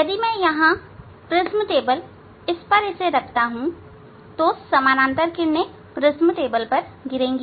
यदि मैं यहां प्रिज्म टेबल इस पर रखता हूं तो समानांतर किरणें इस प्रिज्म टेबल पर गिरेगी